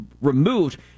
removed